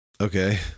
okay